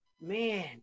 man